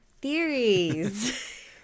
theories